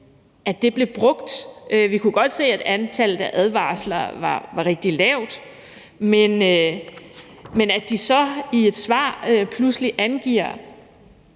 stoffet, blev brugt. Vi kunne godt se, at antallet af advarsler var rigtig lavt, men at de så i et svar pludselig angiver,